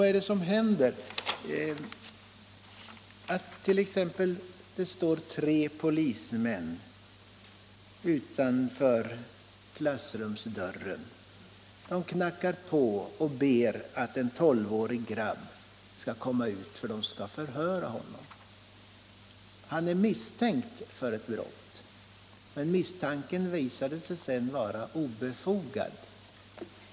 Ja, i det här fallet var det tre polismän som knackade på klassrumsdörren och bad en tolvårig grabb komma ut för att bli förhörd. Han var misstänkt för ett brott, men misstanken visade sig sedan vara obefogad.